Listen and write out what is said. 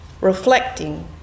reflecting